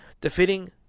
defeating